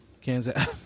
Kansas